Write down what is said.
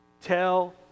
tell